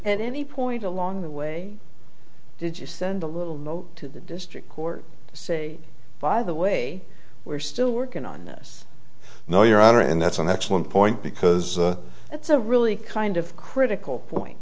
at any point along the way did you send a little note to the district court to say by the way we're still working on this no your honor and that's an excellent point because it's a really kind of critical point